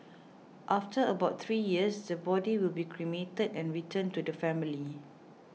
after about three years the body will be cremated and returned to the family